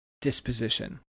disposition